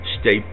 State